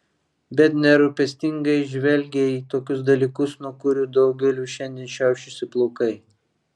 bet nerūpestingai žvelgė į tokius dalykus nuo kurių daugeliui šiandien šiaušiasi plaukai